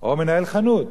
או מנהל חנות